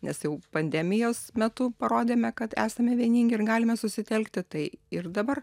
nes jau pandemijos metu parodėme kad esame vieningi ir galime susitelkti tai ir dabar